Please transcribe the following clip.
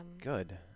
good